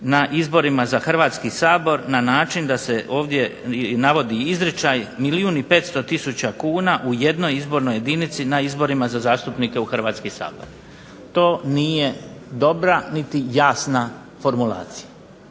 na izborima za Hrvatski sabor na način da se ovdje navodi izričaj milijun i 500 tisuća kuna u jednoj izbornoj jedinici na izborima za zastupnike u Hrvatski sabor. To nije dobra, niti jasna formulacija.